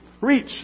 reach